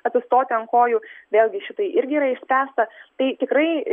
atsistoti ant kojų vėlgi šitai irgi yra išspręsta tai tikrai